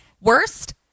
worst